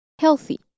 healthy